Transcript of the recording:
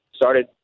started